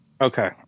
Okay